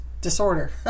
disorder